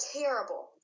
terrible